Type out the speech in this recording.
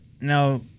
now